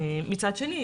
מצד שני,